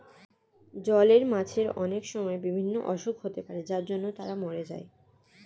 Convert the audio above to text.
জলের মাছের অনেক সময় বিভিন্ন অসুখ হতে পারে যার জন্য তারা মোরে যায়